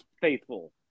faithful